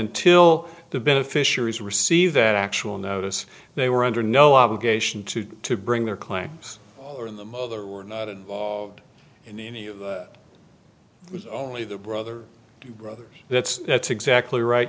until the beneficiaries receive that actual notice they were under no obligation to to bring their claims or in the mother were not involved in any of that it was only the brother rather that that's exactly right